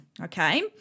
okay